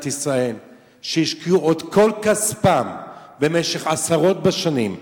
ישראל שהשקיעו את כל כספם במשך עשרות בשנים,